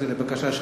לבקשה שלך.